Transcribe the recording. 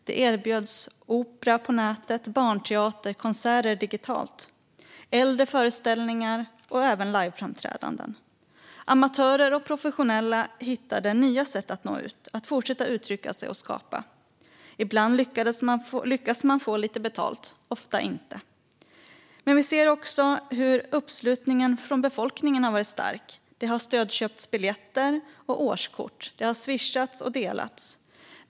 Det erbjöds opera på nätet och barnteater och konserter digitalt - äldre föreställningar och även liveframträdanden. Amatörer och professionella hittade nya sätt att nå ut, att fortsätta uttrycka sig och skapa. Ibland lyckas man få lite betalt, men ofta inte. Men vi ser också hur uppslutningen från befolkningen har varit stark. Det har stödköpts biljetter och årskort. Det har swishats och delats.